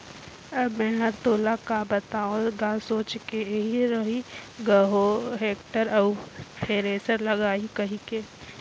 अब मे हर तोला का बताओ गा सोच के एही रही ग हो टेक्टर अउ थेरेसर लागहूँ कहिके